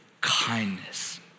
kindness